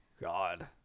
god